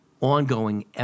Ongoing